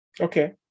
Okay